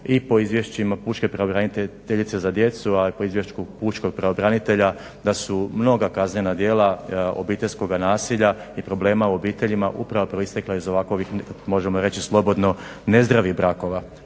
i po izvješćima pučke pravobraniteljice za djecu a i po izvješću pučkog pravobranitelja da su mnoga kaznena djela obiteljskoga nasilja i problema u obiteljima upravo proistekla iz ovakvih možemo reći slobodno nezdravih brakova.